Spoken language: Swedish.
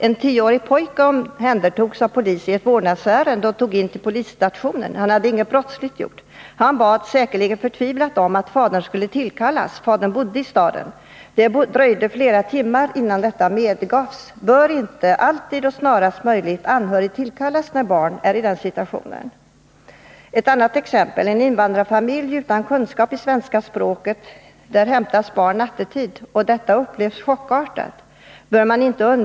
En tioårig pojke omhändertogs av polis i ett vårdnadsärende och togs in till polisstationen. Han hade inget brottsligt gjort. Han bad, säkerligen förtvivlat, om att fadern skulle tillkallas. Denne bodde i staden. Det dröjde flera timmar innan detta medgavs. Bör inte, alltid och snarast möjligt, en anhörig tillkallas när barn är i den situationen? Ett annat exempel: i en invandrarfamilj utan kunskap i svenska språket hämtas barn nattetid. Detta upplevs chockartat.